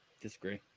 Disagree